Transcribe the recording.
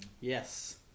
Yes